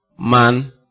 man